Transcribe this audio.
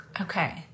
Okay